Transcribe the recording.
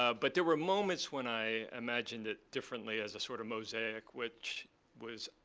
ah but there were moments when i imagined it differently, as a sort of mosaic, which was